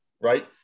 right